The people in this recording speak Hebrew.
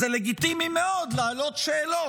זה לגיטימי מאוד להעלות שאלות,